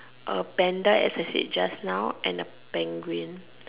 a panda as I said just now and a penguin